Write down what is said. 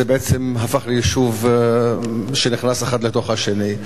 הם בעצם הפכו ליישובים שנכנסים האחד לתוך השני.